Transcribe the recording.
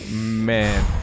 man